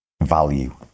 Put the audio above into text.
value